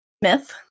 Smith